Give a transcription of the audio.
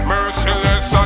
Merciless